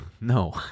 No